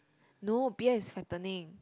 no beer is fattening